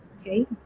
okay